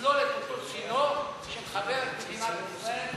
להקים את אותו צינור שמחבר את מדינת ישראל,